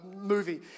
movie